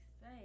say